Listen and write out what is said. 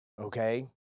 Okay